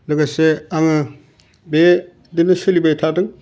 लोगोसे आङो बे बेनो सोलिबाय थादों